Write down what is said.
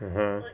(uh huh)